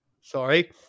Sorry